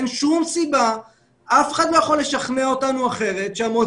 אף אחד לא יכול לשכנע אותנו שהמוזיאונים